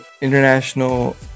international